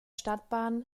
stadtbahn